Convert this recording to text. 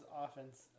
offense